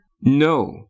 no